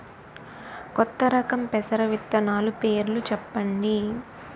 కొత్త రకం పెసర విత్తనాలు పేర్లు చెప్పండి?